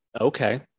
Okay